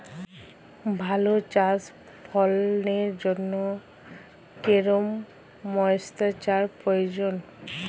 ভালো চা ফলনের জন্য কেরম ময়স্চার প্রয়োজন?